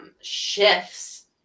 shifts